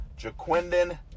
Jaquindon